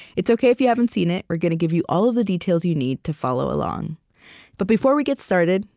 it's okay if you haven't seen it. we're gonna give you all the details you need to follow along but before we get started,